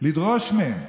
ולדרוש מהם: